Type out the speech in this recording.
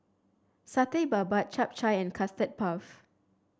Satay Babat Chap Chai and Custard Puff